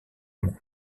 monde